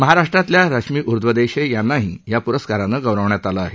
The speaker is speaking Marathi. महाराष्ट्रातल्या रश्मी ऊर्ध्वदेशे यांनांही या पुरस्कारानं गौरवण्यात आलं आहे